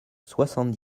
soixante